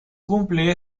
cumple